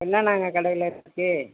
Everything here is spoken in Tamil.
என்னானாங்க கடையில இருக்கு